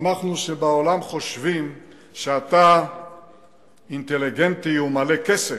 שמחנו שבעולם חושבים שאתה אינטליגנטי ומלא קסם,